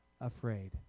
afraid